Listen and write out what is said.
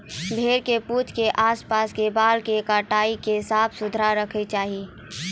भेड़ के पूंछ के आस पास के बाल कॅ काटी क साफ सुथरा रखना चाहियो